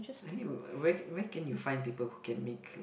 I mean where where can you find people who can make